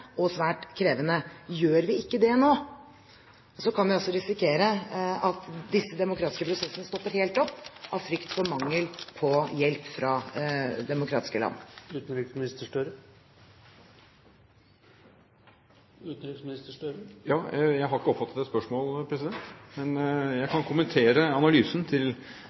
og svært krevende. Gjør vi ikke det nå, kan vi altså risikere at disse demokratiske prosessene stopper helt opp av frykt for mangel på hjelp fra demokratiske land. Utenriksminister Gahr Støre. Jeg har ikke oppfattet at det var et spørsmål, president, men jeg kan kommentere analysen til